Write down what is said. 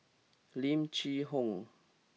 Lim Chee Onn